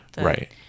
Right